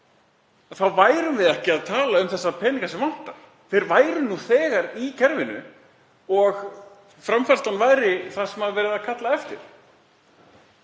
þá værum við ekki að tala um þessa peninga sem vantar, þeir væru nú þegar í kerfinu og framfærslan væri sú sem var verið að kalla eftir.